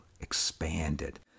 expanded